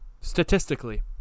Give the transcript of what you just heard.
statistically